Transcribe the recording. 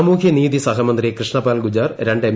സാമൂഹ്യ നീതി സഹ്മന്ത്രി കൃഷ്ണപാൽ ഗുജ്ജാർ രണ്ട് എം